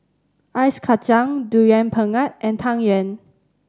Ice Kachang Durian Pengat and Tang Yuen